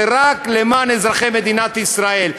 זה רק למען אזרחי מדינת ישראל,